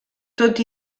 tot